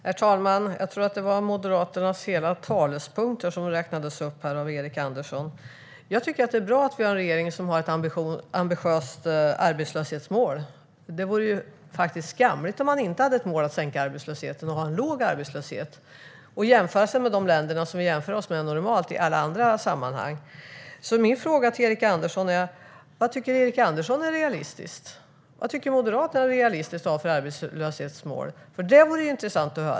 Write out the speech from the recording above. Herr talman! Jag tror att Erik Andersson räknade upp Moderaternas alla talepunkter. Jag tycker att det är bra att vi har en regering som har ett ambitiöst arbetslöshetsmål. Det vore skamligt om man inte hade ett mål om att sänka arbetslösheten och ha en låg arbetslöshet. Vi ska jämföra oss med de länder som vi i alla andra sammanhang normalt brukar göra. Min fråga till Erik Andersson är: Vad tycker du är realistiskt? Vilket arbetslöshetsmål tycker Moderaterna är realistiskt? Det vore intressant att höra.